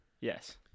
Yes